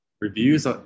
Reviews